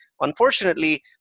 Unfortunately